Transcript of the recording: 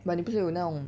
but 你不是有那种